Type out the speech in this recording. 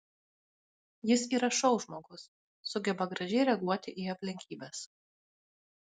jis yra šou žmogus sugeba gražiai reaguoti į aplinkybes